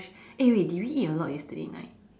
eh wait did we eat a lot yesterday night